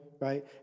right